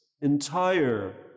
entire